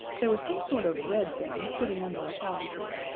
there was some sort of red thing sitting under a palm tree,